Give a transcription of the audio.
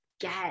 get